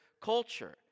culture